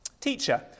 Teacher